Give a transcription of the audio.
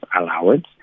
allowance